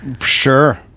Sure